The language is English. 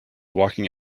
walking